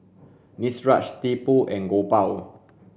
Niraj Tipu and Gopal